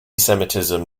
semitism